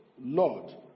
lord